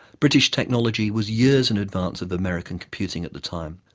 british technology was years in advance of american computing at the time,